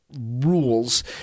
rules